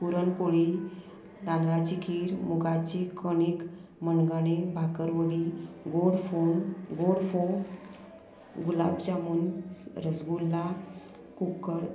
पुरण पोळी दांदळाची खीर मुगाची कणीक मणगाणें भाकर वडी गोड फोव गोड फो गुलाब जामून रसगुल्ला कुक्कळ